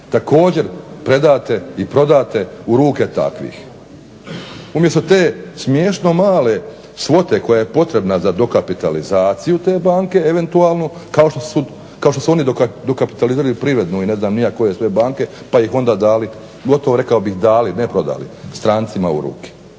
također predate i prodate u ruke takvih. Umjesto te smiješno male svote koja je potrebna za dokapitalizaciju te banke eventualno kao što su oni dokapitalizirali Privrednu i ne znam ni ja koje sve banke pa ih onda dali gotovo rekao bih dali, ne prodali, strancima u ruke.